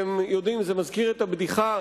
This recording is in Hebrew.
זה מזכיר את הבדיחה